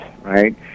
right